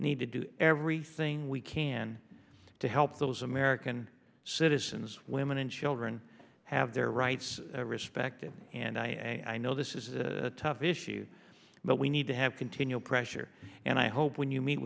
need to do everything we can to help those american citizens women and children have their rights respected and i and i know this is a tough issue but we need to have continual pressure and i hope when you meet